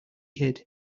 hid